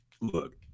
Look